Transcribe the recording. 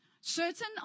Certain